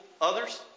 others